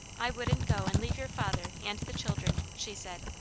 i wouldn't go and leave your father and the children, she said.